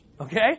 okay